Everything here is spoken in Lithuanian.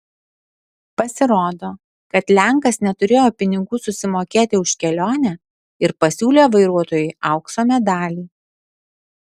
pasirodo kad lenkas neturėjo pinigų susimokėti už kelionę ir pasiūlė vairuotojui aukso medalį